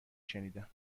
شنیدم